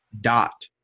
dot